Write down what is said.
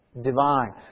divine